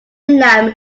lamb